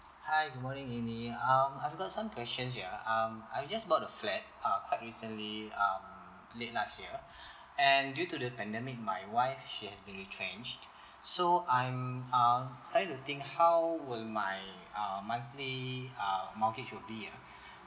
hi good morning amy um I've got some questions here um I just bought a flat uh quite recently um late last year and due to the pandemic my wife she has been retrenched so I'm uh started to think how will my uh monthly uh mortgage would be ah